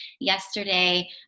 yesterday